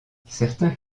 certains